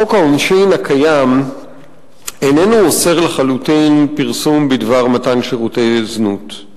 חוק העונשין הקיים איננו אוסר לחלוטין פרסום בדבר מתן שירותי זנות.